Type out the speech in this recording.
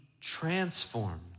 transformed